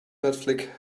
netflix